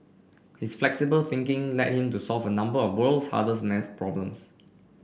his flexible thinking led him to solve a number of world's hardest maths problems